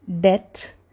death